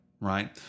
right